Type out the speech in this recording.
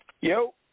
Yo